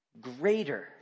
greater